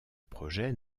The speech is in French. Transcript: projet